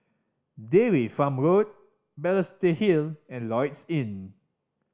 Dairy Farm Road Balestier Hill and Lloyds Inn